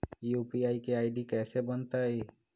UPI के ID कैसे बनतई?